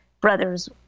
brothers